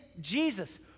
Jesus